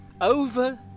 Over